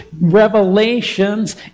revelations